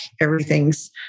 everything's